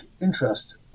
interest